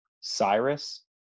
Cyrus